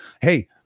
Hey